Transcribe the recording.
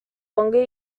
longer